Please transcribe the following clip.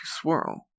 swirl